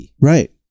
Right